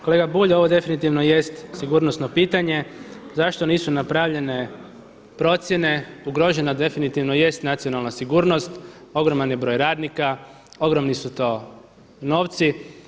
Kolega Bulj ovo definitivno jest sigurnosno pitanje, zašto nisu napravljene procjene, ugroženo definitivno jest nacionalna sigurnost, ogroman je broj radnika, ogromni su to novci.